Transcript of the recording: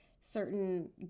certain